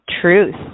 truth